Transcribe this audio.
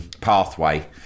pathway